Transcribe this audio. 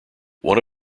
one